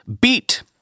beat